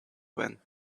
van